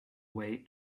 way